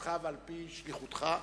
מצוותך ועל-פי שליחותך,